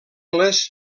les